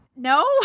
No